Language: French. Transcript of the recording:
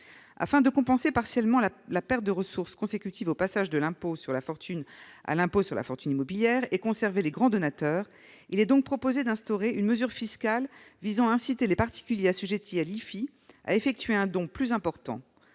Afin de compenser partiellement la perte de ressources consécutive au passage de l'impôt sur la fortune à l'impôt sur la fortune immobilière et de conserver les grands donateurs, il est proposé d'instaurer une mesure fiscale visant à inciter les particuliers assujettis à l'IFI à effectuer un don plus important.